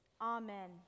Amen